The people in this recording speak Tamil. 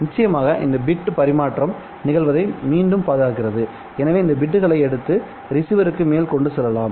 நிச்சயமாக இந்த பிட் பரிமாற்றம் நிகழ்வதை மீண்டும் பாதுகாக்கிறதுஎனவே இந்த பிட்களை எடுத்து ரிசீவருக்கு மேல் கொண்டு செல்லலாம்